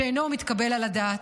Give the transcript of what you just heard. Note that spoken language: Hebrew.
שאינו מתקבל על הדעת.